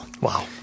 Wow